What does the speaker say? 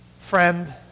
friend